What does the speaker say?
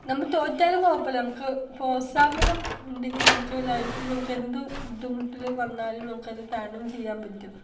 നമ്മൾ തോറ്റാലും കുഴപ്പമില്ല നമുക്ക് പ്രോത്സാഹനം ഉണ്ടെങ്കിൽ നമുക്ക് ലൈഫിൽ നമുക്ക് എന്ത് ബുദ്ധിമുട്ടുകൾ വന്നാലും നമുക്കത് തരണം ചെയ്യാൻ പറ്റും